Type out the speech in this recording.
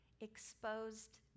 exposed